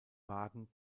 wagen